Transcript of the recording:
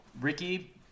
Ricky